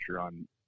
on